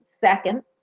second